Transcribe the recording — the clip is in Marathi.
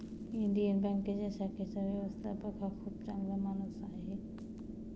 इंडियन बँकेच्या शाखेचा व्यवस्थापक हा खूप चांगला माणूस आहे